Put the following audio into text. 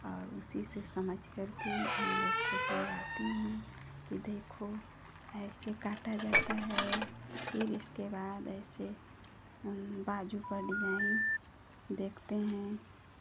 और उसी से समझकर करके उन लोग को समझाती हूँ कि देखो ऐसे काटा जाता है फिर इसके बाद ऐसे वजू का डिज़ाइन देखते हैं